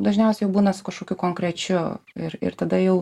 dažniausiai būna su kažkokiu konkrečiu ir ir tada jau